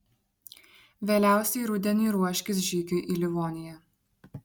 vėliausiai rudeniui ruoškis žygiui į livoniją